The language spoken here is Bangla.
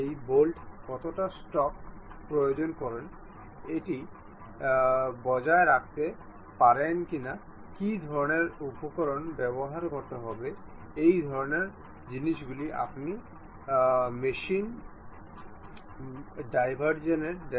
উন্নত মেটে উপলব্ধ অন্য মেট হল পাথ মেট